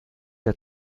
der